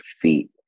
feet